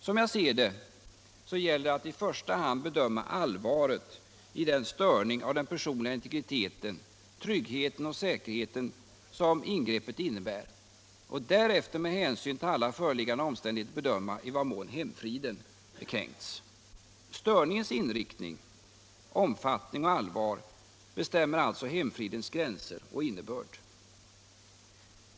Som jag ser det gäller det att i första hand bedöma allvaret i den störning av den personliga integriteten, tryggheten och säkerheten som ingreppet innebär och att därefter med hänsyn till alla föreliggande omständigheter bedöma i vad mån hemfriden kränkts. Störningens inriktning, omfattning och allvar bestämmer alltså hemfridens gränser och innebörd.